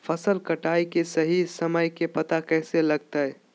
फसल कटाई के सही समय के पता कैसे लगते?